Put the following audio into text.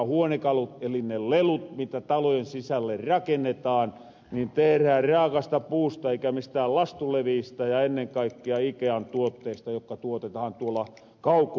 eli ne lelut mitä talojen sisälle rakennetaan tehrään raakasta puusta eikä mistään lastulevyystä ja ennen kaikkea ikean tuotteista jotka tuotetahan tuolla kaukoirässä